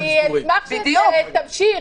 היושב-ראש, אני אשמח שתמשיך,